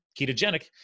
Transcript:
ketogenic